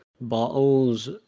bottles